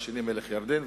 מלך ירדן,